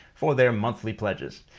for their monthly pledges.